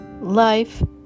life